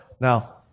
Now